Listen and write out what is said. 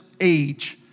age